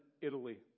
Italy